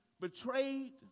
betrayed